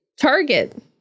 target